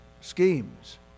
schemes